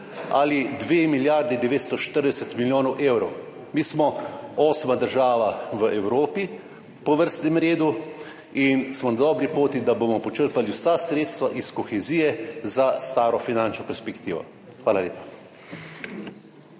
ali 2 milijardi 940 milijonov evrov. Mi smo osma država v Evropi po vrstnem redu in smo na dobri poti, da bomo počrpali vsa sredstva iz kohezije za staro finančno perspektivo. Hvala lepa.